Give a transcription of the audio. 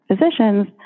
physicians